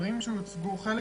הדברים שהוצגו חלק